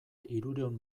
hirurehun